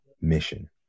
mission